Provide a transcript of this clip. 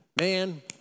man